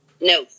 no